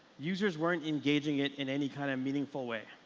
users weren't engaging it in any kind of meaningful way.